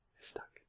stuck